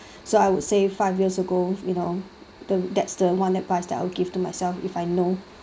so I would say five years ago you know then that's the one of the parts that will give to myself if I know